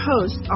post